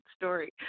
story